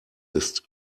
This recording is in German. ist